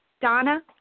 Donna